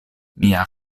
mia